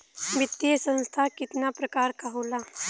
वित्तीय संस्था कितना प्रकार क होला?